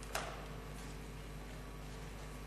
ההצעה להעביר את הנושא לוועדת הכספים נתקבלה.